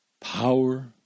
power